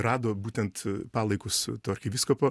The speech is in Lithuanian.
rado būtent palaikus to arkivyskupo